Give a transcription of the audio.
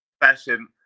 fashion